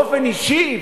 באופן אישי,